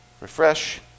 refresh